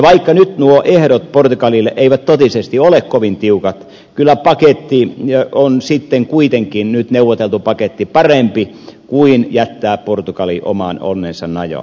vaikka nyt nuo ehdot portugalille eivät totisesti ole kovin tiukat kyllä kuitenkin nyt neuvoteltu paketti on parempi kuin portugalin jättäminen oman onnensa nojaan